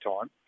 time